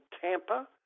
Tampa